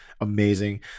amazing